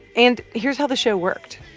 and here's how the show worked.